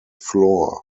floor